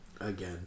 again